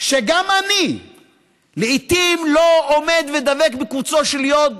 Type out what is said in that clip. שגם אני לעיתים לא עומד ודבק בקוצו של יו"ד,